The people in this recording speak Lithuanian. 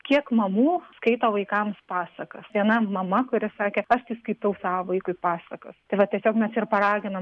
kiek mamų skaito vaikams pasakas viena mama kuri sakė aš tai skaitau savo vaikui pasakas tai va tiesiog mes ir paraginom